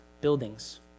buildings